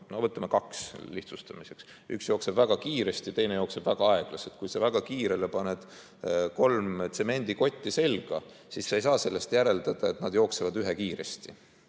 no võtame lihtsustamiseks kaks, üks jookseb väga kiiresti ja teine jookseb väga aeglaselt, siis kui sa väga kiirele paned kolm tsemendikotti selga, ei saa sa sellest järeldada, et nad jooksevad ühekiiresti.